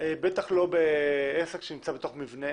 בטח לא בעסק שנמצא בתוך מבנה